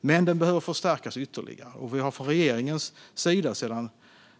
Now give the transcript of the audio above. Den behöver dock förstärkas ytterligare. Vi har från regeringens sida sedan